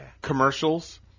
commercials